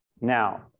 Now